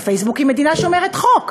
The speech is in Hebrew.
כי פייסבוק היא מדינה שומרת חוק.